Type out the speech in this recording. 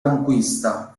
conquista